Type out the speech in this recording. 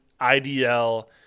IDL